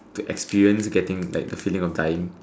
to experience getting like the feeling of dying